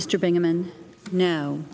mr bingaman no